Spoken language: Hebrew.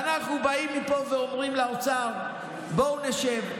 אנחנו באים מפה ואומרים לאוצר: בואו נשב,